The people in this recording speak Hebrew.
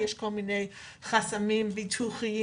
יש כל מיני חסמים ביטוחיים,